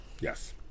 Yes